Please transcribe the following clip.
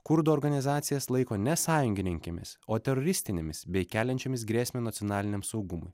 kurdų organizacijas laiko ne sąjungininkėmis o teroristinėmis bei keliančiomis grėsmę nacionaliniam saugumui